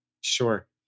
Sure